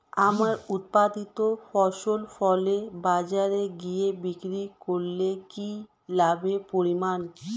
আমার উৎপাদিত ফসল ফলে বাজারে গিয়ে বিক্রি করলে কি লাভের পরিমাণ?